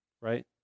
right